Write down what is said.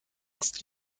ist